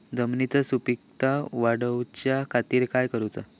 जमिनीची सुपीकता वाढवच्या खातीर काय करूचा?